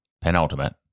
Penultimate